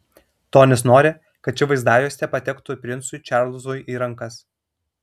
tonis nori kad ši vaizdajuostė patektų princui čarlzui į rankas